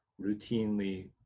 routinely